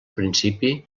principi